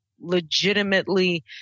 Legitimately